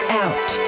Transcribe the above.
out